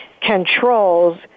controls